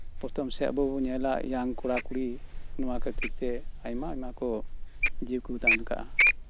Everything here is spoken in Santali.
ᱯᱨᱚᱛᱷᱚᱢ ᱥᱮᱫ ᱟᱵᱚ ᱵᱚᱱ ᱧᱮᱞᱟ ᱤᱭᱟᱝ ᱠᱚᱲᱟ ᱠᱩᱲᱤ ᱱᱚᱶᱟ ᱠᱷᱟᱹᱛᱤᱨᱛᱮ ᱟᱭᱢᱟ ᱟᱭᱢᱟ ᱠᱚ ᱡᱤᱣᱤ ᱠᱚ ᱫᱟᱱ ᱟᱠᱟᱫᱼᱟ